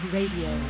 Radio